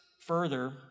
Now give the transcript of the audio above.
further